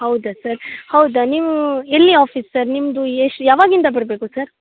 ಹೌದ ಸರ್ ಹೌದ ನೀವು ಎಲ್ಲಿ ಆಫೀಸ್ ಸರ್ ನಿಮ್ಮದು ಎಷ್ಟು ಯಾವಾಗಿಂದ ಬರಬೇಕು ಸರ್